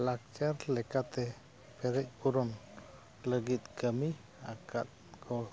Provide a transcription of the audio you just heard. ᱞᱟᱠᱪᱟᱨ ᱞᱮᱠᱟᱛᱮ ᱯᱮᱨᱮᱡ ᱯᱩᱨᱩᱱ ᱞᱟᱹᱜᱤᱫ ᱠᱟᱹᱢᱤ ᱟᱠᱟᱫ ᱠᱚ